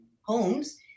homes